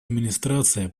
администрация